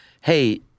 hey